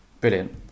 Brilliant